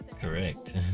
correct